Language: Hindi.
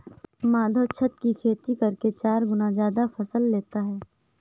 माधव छत की खेती करके चार गुना ज्यादा फसल लेता है